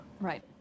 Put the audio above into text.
Right